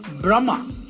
Brahma